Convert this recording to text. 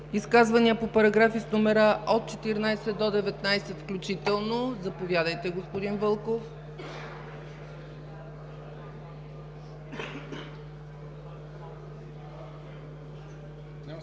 Изказвания по параграфи с номера от 14 до 19 включително? Заповядайте, господин Вълков.